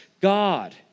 God